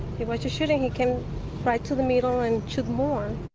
he was just shooting. he came right to the middle and shoot more.